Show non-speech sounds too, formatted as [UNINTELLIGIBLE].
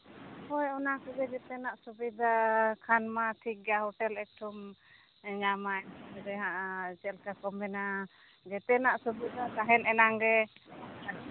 ᱦᱳᱭ ᱚᱱᱟ ᱠᱚᱜᱮ ᱡᱮᱛᱮᱱᱟᱜ ᱥᱩᱵᱤᱫᱷᱟ ᱠᱷᱟᱱ ᱢᱟ ᱴᱷᱤᱠ ᱜᱮᱭᱟ ᱦᱳᱴᱮᱞ ᱮᱠᱴᱩᱢ ᱧᱟᱢᱟ [UNINTELLIGIBLE] ᱪᱮᱫ ᱞᱮᱠᱟ ᱠᱚ ᱢᱮᱱᱟ ᱡᱮᱛᱮᱱᱟᱜ ᱥᱩᱵᱤᱫᱷᱟ ᱛᱟᱦᱮᱱ ᱮᱱᱟᱝ ᱜᱮ